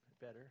better